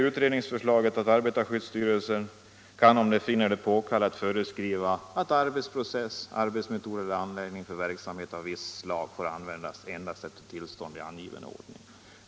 Utredningen föreslår också att arbetarskyddsstyrelsen skall, om den finner det påkallat, kunna föreskriva ”att arbetsprocess, arbetsmetod eller anläggning avsedd för verksamhet av visst slag” endast får användas efter tillstånd i angiven ordning.